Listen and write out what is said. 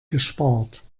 gespart